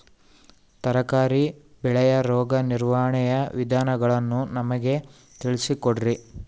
ತರಕಾರಿ ಬೆಳೆಯ ರೋಗ ನಿರ್ವಹಣೆಯ ವಿಧಾನಗಳನ್ನು ನಮಗೆ ತಿಳಿಸಿ ಕೊಡ್ರಿ?